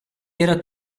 era